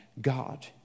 God